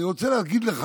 אני רוצה להסביר לך